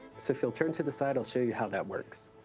so if you'll turn to the side, i'll show you how that works.